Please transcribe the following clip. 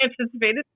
anticipated